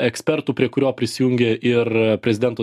ekspertų prie kurio prisijungė ir prezidento